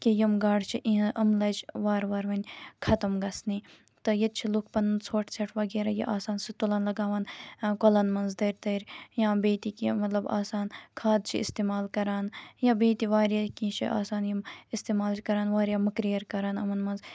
کہِ یِم گاڈٕ چھِ اِہن یِم لَجہِ وارٕ وارٕ وۄنۍ ختم گَژھنہِ تہٕ ییٚتہِ چھِ لُکھ پَنُن ژھۄٹھ ژھٮ۪ٹھ وغیرہ یہِ آسان سُہ تُلان لگاوان کۄلَن مَنز دٲرۍ دٲرۍ یا بیٚیہِ تہِ کیٚنٛہہ مطلب آسان کھادٕ چھِ استعمال کَران یا بیٚیہِ تہِ واریاہ کیٚنٛہہ چھِ آسان یِم استعمال چھِ کَران واریاہ مٔکریر کَران یِمَن مَنز